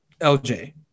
LJ